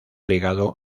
ligado